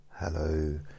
hello